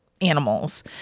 animals